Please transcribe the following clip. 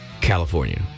California